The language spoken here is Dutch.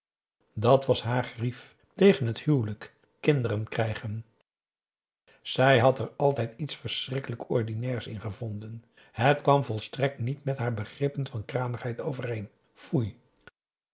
dàt was haar grief tegen het huwelijk kinderen krijgen zij had er altijd iets verschrikkelijk ordinairs in gevonden het kwam volstrekt niet met haar begrippen van kranigheid overeen foei